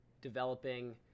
developing